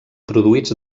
produïts